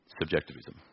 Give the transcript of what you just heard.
Subjectivism